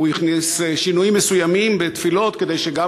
הוא הכניס שינויים מסוימים בתפילות כדי שגם